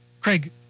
Craig